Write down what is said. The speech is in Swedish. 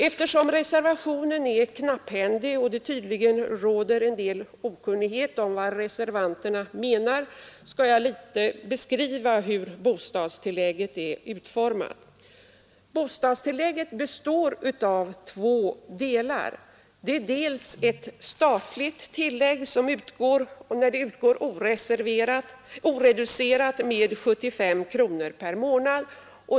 Eftersom reservationen är knapphändig och det tydligen råder en del okunnighet om vad reservanterna menar skall jag litet beskriva hur bostadstillägget är utformat. Bostadstillägget består av två delar. Till att börja med utgår ett statligt tillägg, som när det är oreducerat uppgår till 75 kronor per månad.